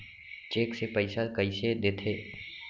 Cheque से पइसा कइसे देथे?